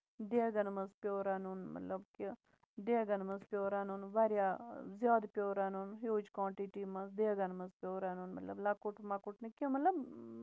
دیگَن منٛز پیوٚو رَنُن مطلب کہِ دیگَن منٛز پیوو رَنُن واریاہ زیادٕ پیوٚو رَنُن ہیوٗج کونٹِٹی منٛز دیگَن منٛز پیوو رَنُن مطلب لۄکُٹ مۄکُٹ نہٕ کیٚنہہ مطلب